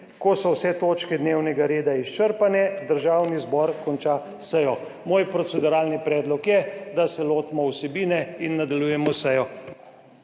Ko so vse točke dnevnega reda izčrpane, Državni zbor konča sejo. Moj proceduralni predlog je, da se lotimo vsebine in nadaljujemo sejo.